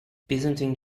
byzantine